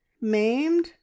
maimed